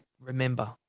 remember